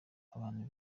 abantu